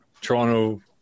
Toronto